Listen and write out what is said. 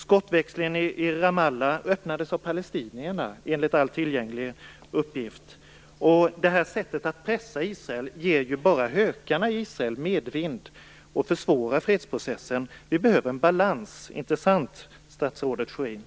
Skottväxlingen i Ramalla öppnades av palestinierna enligt alla tillgängliga uppgifter. Det här sättet att pressa Israel ger ju bara hökarna i Israel medvind och försvårar fredsprocessen. Vi behöver en balans. Inte sant, statsrådet Schori?